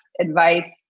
advice